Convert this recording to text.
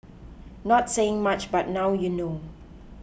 not saying much but now you know